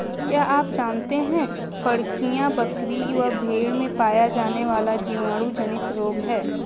क्या आप जानते है फड़कियां, बकरी व भेड़ में पाया जाने वाला जीवाणु जनित रोग है?